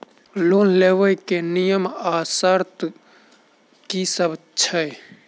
Loan लेबऽ कऽ लेल नियम आ शर्त की सब छई?